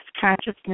consciousness